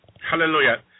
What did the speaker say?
Hallelujah